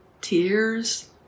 tears